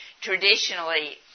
traditionally